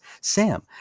sam